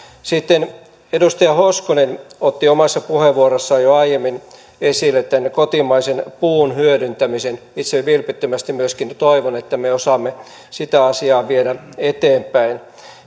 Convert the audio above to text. edustaja hoskonen otti omassa puheenvuorossaan jo aiemmin esille kotimaisen puun hyödyntämisen itse myöskin vilpittömästi toivon että me osaamme sitä asiaa viedä eteenpäin